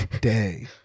day